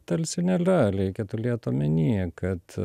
talsi nėlia leikia tulėt omeny kad